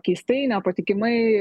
keistai nepatikimai